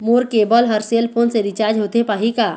मोर cable हर cell phone से recharge होथे पाही का?